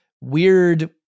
weird